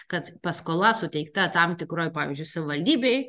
kad paskola suteikta tam tikroj pavyzdžiui savivaldybėj